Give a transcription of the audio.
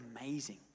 amazing